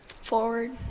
Forward